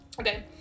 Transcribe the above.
Okay